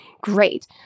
Great